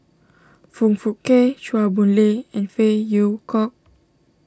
Foong Fook Kay Chua Boon Lay and Phey Yew Kok